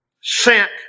sent